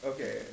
Okay